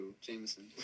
Jameson